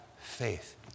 faith